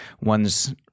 one's